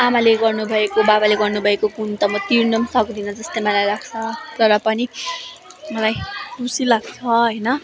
आमाले गर्नुभएको बाबाले गर्नुभएको गुण त म तिर्नु पनि सक्दिनँ जस्तो मलाई लाग्छ तर पनि मलाई खुसी लाग्छ होइन